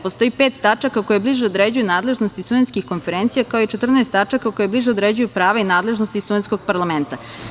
Postoji pet tačaka koje bliže određuju nadležnost studentskih konferencija, kao i 14 tačaka koje bliže određuju prava i nadležnosti studentskog parlamenta.